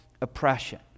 oppression